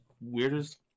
weirdest